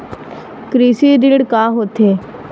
कृषि ऋण का होथे?